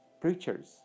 preachers